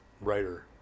writer